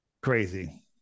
crazy